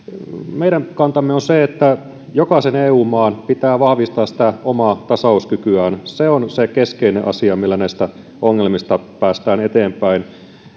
meidän kantamme on se että jokaisen eu maan pitää vahvistaa omaa tasauskykyään se on se keskeinen asia millä näistä ongelmista päästään eteenpäin